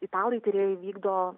italai tyrėjai vykdo